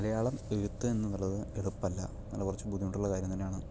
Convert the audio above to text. മലയാളം എഴുത്ത് എന്നുള്ളത് എളുപ്പമല്ല നല്ല കുറച്ച് ബുദ്ധിമുട്ടുള്ള കാര്യം തന്നെയാണ്